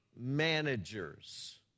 managers